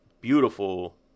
beautiful